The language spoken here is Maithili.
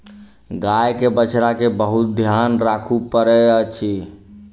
गाय के बछड़ा के बहुत ध्यान राखअ पड़ैत अछि